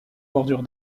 bordure